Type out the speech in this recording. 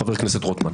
חבר הכנסת רוטמן.